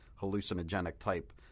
hallucinogenic-type